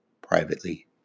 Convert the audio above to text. privately